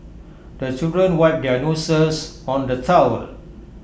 the children wipe their noses on the towel